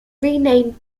renamed